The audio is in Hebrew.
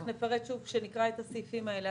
אם יהיה צריך, נפרט שוב כשנקרא את הסעיפים האלה.